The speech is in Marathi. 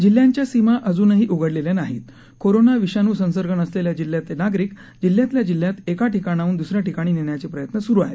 जिल्ह्यांच्या सीमा अजूनही उघडलेल्या नाहीत कोरोना विषाणू संसर्ग नसलेल्या जिल्ह्यातले नागरिक जिल्ह्यातल्या जिल्ह्यात एका ठिकाणाहन द्सऱ्या ठिकाणी नेण्याचे प्रयत्न स्रू आहे